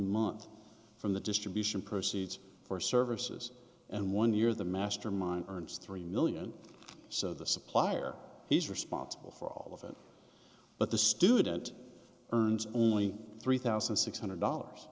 month from the distribution proceeds for services and one year the mastermind earns three million dollars so the supplier he's responsible for all of it but the student earns only three thousand six hundred dollars